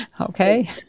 Okay